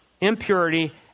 impurity